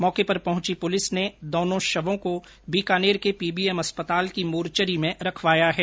मौके पर पहुंची पुलिस ने दोनों शवों को बीकानेर के पीबीएम अस्पताल की मोर्चरी में रखवाया है